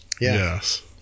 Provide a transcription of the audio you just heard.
yes